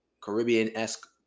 Caribbean-esque